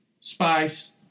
spice